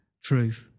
truth